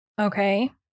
Okay